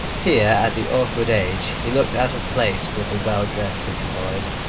here at the awkward age he looked out of place with the well-dressed city boys.